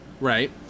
Right